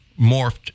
morphed